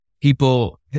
people